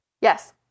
Yes